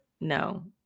No